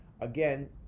Again